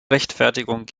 rechtfertigung